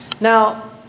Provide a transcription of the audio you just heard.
Now